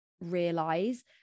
realize